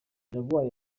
jaguar